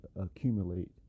accumulate